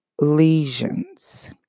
lesions